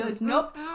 Nope